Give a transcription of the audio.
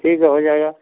ठीक है हो जाएगा